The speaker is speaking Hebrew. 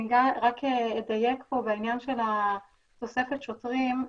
אני רק אדייק פה בעניין של תוספת שוטרים,